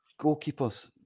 Goalkeepers